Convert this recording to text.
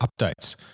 updates